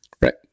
right